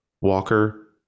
Walker